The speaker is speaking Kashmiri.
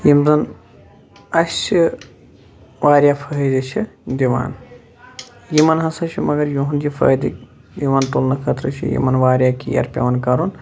یِم زن اسہِ چھِ واریاہ فٲیدٕ چھِ دِوان یِمن ہسا چھُ مگر یِہُنٛد یہِ فٲیدٕ یِوان تُلنہٕ خٲطرٕ چھِ یِمن واریاہ کیر پیٚوان کرُن